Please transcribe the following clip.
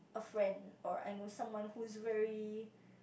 friend or I know someone who's very